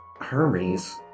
Hermes